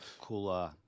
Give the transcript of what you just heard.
cool